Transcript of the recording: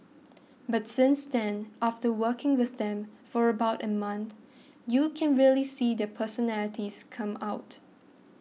but since then after working with them for about a month you can really see their personalities come out